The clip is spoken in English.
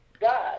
God